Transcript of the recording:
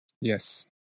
Yes